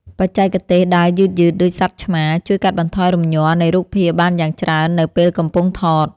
បច្ចេកទេសដើរយឺតៗដូចសត្វឆ្មាជួយកាត់បន្ថយរំញ័រនៃរូបភាពបានយ៉ាងច្រើននៅពេលកំពុងថត។